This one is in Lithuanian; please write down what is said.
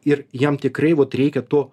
ir jam tikrai vot reikia to